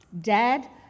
dad